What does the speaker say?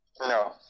no